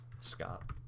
Scott